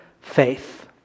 faith